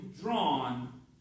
drawn